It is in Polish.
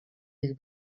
ich